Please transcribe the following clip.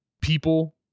people